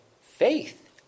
faith